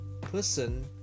person